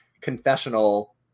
confessional